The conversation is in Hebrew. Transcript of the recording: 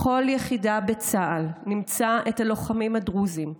בכל יחידה בצה"ל תמצאו את הלוחמים הדרוזים,